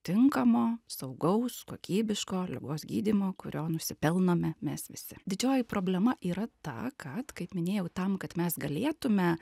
tinkamo saugaus kokybiško ligos gydymo kurio nusipelnome mes visi didžioji problema yra ta kad kaip minėjau tam kad mes galėtume